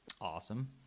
Awesome